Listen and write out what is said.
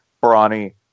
brawny